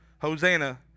Hosanna